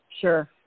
Sure